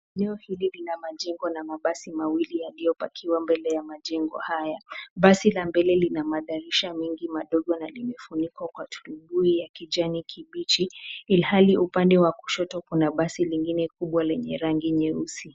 Eneo hili lina majengo na mabasi mawili yakiyopakiwa mbele ya majengo haya. Basi la mbele lina madirisha mengi madogo na yamefungwa ya kijani kibichi ilhali upande wa kushoto kuna basi lingine kubwa lenye rangi nyeusi.